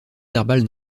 verbal